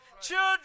Children